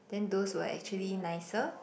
then those were actually nicer